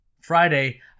Friday